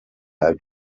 how